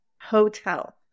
Hotel